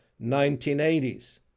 1980s